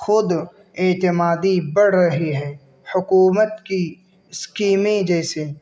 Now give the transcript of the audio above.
خود اعتمادی بڑھ رہی ہے حکومت کی اسکیمیں جیسے